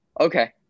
Okay